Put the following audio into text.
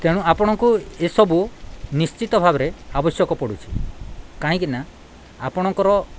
ତେଣୁ ଆପଣଙ୍କୁ ଏସବୁ ନିଶ୍ଚିତ ଭାବରେ ଆବଶ୍ୟକ ପଡ଼ୁଛି କାହିଁକିନା ଆପଣଙ୍କର